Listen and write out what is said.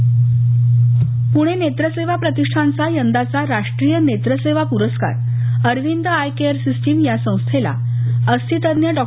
नेत्रसेवा प्रस्कार प्णे नेत्रसेवा प्रतिष्ठानचा यंदाचा राष्ट्रीय नेत्रसेवा प्रस्कार अरविंद आय केअर सिस्टिम या संस्थेला अस्थितज्ज्ञ डॉ